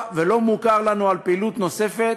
האינטרנט זה הפתרון,